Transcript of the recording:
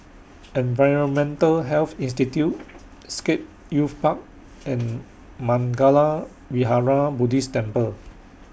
Environmental Health Institute Scape Youth Park and Mangala Vihara Buddhist Temple